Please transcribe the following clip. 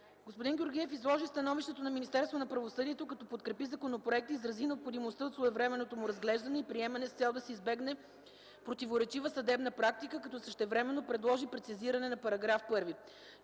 Господин Георгиев изложи становището на Министерство на правосъдието, като подкрепи законопроекта и изрази необходимостта от своевременното му разглеждане и приемане с цел, да се избегне противоречива съдебна практика, като същевременно предложи прецизиране на § 1.